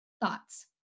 Thoughts